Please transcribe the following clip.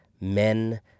men